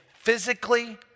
Physically